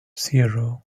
zero